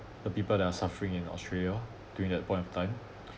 the people that are suffering in australia during that point of time